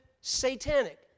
satanic